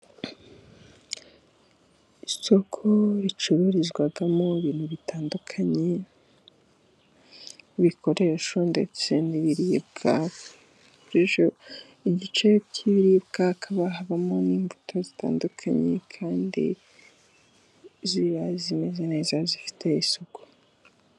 Isoko ricururizwamo ibintu bitandukanye, ibikoresho ndetse ndetse n'ibiribwa, igice cy'ibiribwa hakaba habamo n'imbuto zitandukanye, kandi ziba zimeze neza zifite isuku.